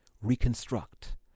reconstruct